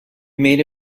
made